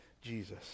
Jesus